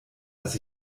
dass